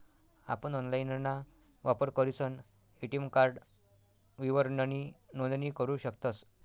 आपण ऑनलाइनना वापर करीसन ए.टी.एम कार्ड विवरणनी नोंदणी करू शकतस